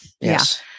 Yes